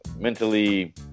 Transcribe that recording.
mentally